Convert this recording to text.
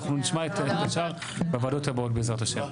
אנחנו נשמע את השאר בוועדות הבאות, בעזרת השם.